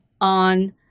on